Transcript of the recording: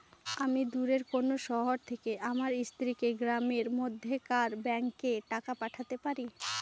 আমি দূরের কোনো শহর থেকে আমার স্ত্রীকে গ্রামের মধ্যেকার ব্যাংকে টাকা পাঠাতে পারি?